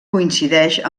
coincideix